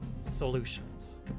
solutions